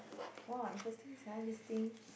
!wah! interesting sia this thing